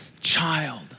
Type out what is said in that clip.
child